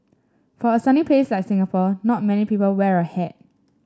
for a sunny place like Singapore not many people wear a hat